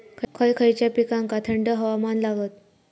खय खयच्या पिकांका थंड हवामान लागतं?